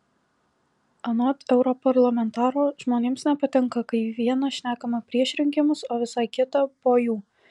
anot europarlamentaro žmonėms nepatinka kai viena šnekama prieš rinkimus o visai kita po jų